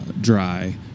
dry